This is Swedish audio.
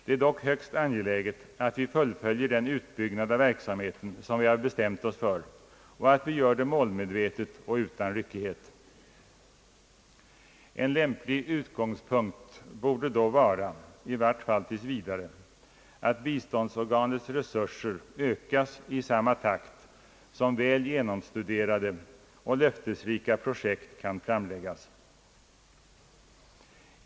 Det är dock högst angeläget att vi fullföljer den utbyggnad av verksamheten som vi har bestämt oss för och att vi gör det målmedvetet och utan ryckighet. En lämplig utgångspunkt borde då vara — i vart fall tills vidare — att biståndsorganets resurser ökas i samma takt som väl genomstuderade och löftesrika projekt kan framläggas.